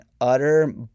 utter